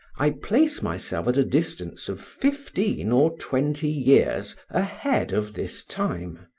i place myself at a distance of fifteen or twenty years ahead of this time,